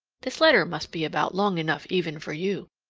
this letter must be about long enough even for you.